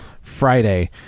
Friday